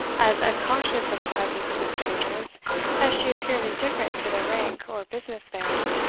as unconscious of the presence of the strangers as she appeared indifferent to their rank or business there.